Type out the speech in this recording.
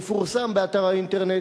יפורסם באתר האינטרנט,